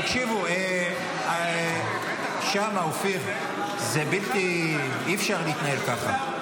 תקשיבו, שמה, אופיר, זה בלתי, אי-אפשר להתנהל ככה.